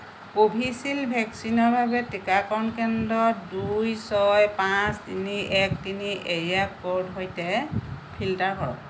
Covishield ভেকচিনৰ বাবে টীকাকৰণ কেন্দ্ৰ দুই ছয় পাঁচ তিনি এক তিনি এৰিয়া ক'ড সৈতে ফিল্টাৰ কৰক